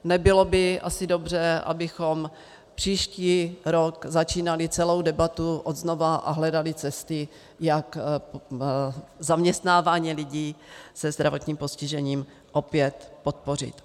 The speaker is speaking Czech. Nebylo by asi dobře, abychom příští rok začínali celou debatu od znova a hledali cesty, jak zaměstnávání lidí se zdravotním postižením opět podpořit.